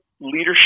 Leadership